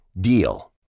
DEAL